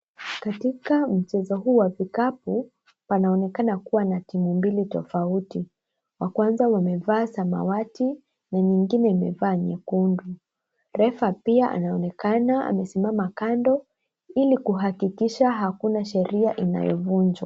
Katika mchezo huu wa vikapu, panaonekana kuwa na timu mbili tofauti wa kwanza wamevaa samawati na nyingine imevaa nyekundu. Refa pia anaonekana amesimama kando ili kuhakikisha hakuna sheria inayovunjwa.